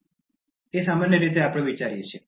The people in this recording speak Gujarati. એ સામાન્ય રીતે આપણે તેવું વિચારીએ છીએ